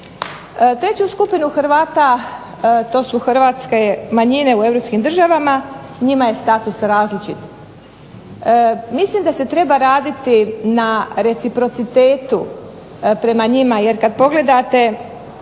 Treću skupinu Hrvata to su Hrvatske manjine u europskim državama, njima je status različit. Mislim da se treba raditi na reciprocitetu prema njima. Jer kada pogledate